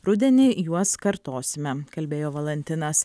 rudenį juos kartosime kalbėjo valantinas